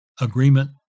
Agreement